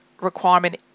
requirement